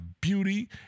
beauty